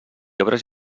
obres